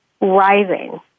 rising